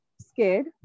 scared